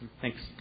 Thanks